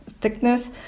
thickness